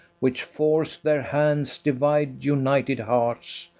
which forc'd their hands divide united hearts.